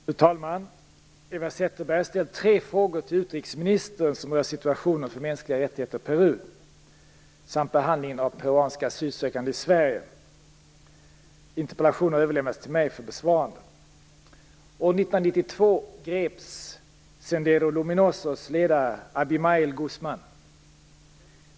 Fru talman! Eva Zetterberg har ställt tre frågor till utrikesministern som rör situationen för mänskliga rättigheter i Peru samt behandlingen av peruanska asylsökande i Sverige. Interpellationen har överlämnats till mig för besvarande. Guzman.